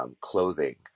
Clothing